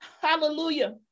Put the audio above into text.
Hallelujah